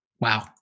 Wow